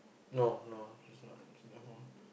no no she's not she's at home